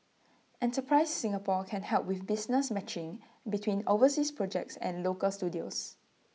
enterprise Singapore can help with business matching between overseas projects and local studios